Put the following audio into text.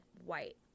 white